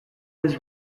was